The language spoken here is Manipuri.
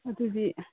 ꯑꯗꯨꯗꯤ